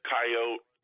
Coyote